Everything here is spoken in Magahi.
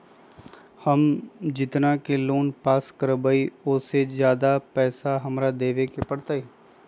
हम जितना के लोन पास कर बाबई ओ से ज्यादा पैसा हमरा देवे के पड़तई?